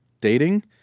dating –